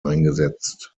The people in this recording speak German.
eingesetzt